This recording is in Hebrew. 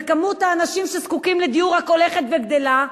וכמות האנשים שזקוקים לדיור רק הולכת וגדלה,